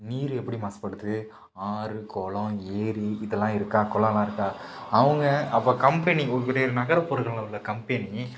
நீர் எப்படி மாசுப்படுது ஆறு குளம் ஏரி இதெல்லாம் இருக்கா குளம்லாம் இருக்கா அவங்க அப்போ கம்பெனி இப்போ நகர்ப்புறங்களில் உள்ள கம்பெனி